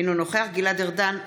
אינו נוכח גלעד ארדן,